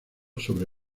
sobre